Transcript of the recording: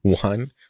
One